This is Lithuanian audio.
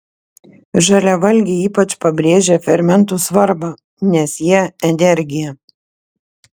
žaliavalgiai ypač pabrėžia fermentų svarbą nes jie energija